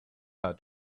her